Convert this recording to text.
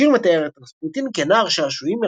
השיר מתאר את רספוטין כנער שעשועים,